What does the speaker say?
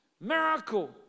miracle